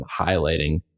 highlighting